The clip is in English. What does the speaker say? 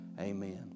Amen